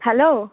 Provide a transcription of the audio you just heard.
hello